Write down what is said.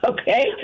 Okay